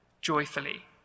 joyfully